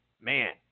man